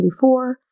1984